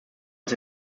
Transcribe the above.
als